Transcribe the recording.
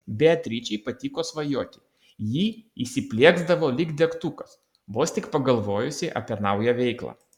beatričei patiko svajoti ji įsiplieksdavo lyg degtukas vos tik pagalvojusi apie naują veiklą